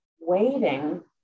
waiting